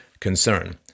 concern